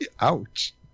Ouch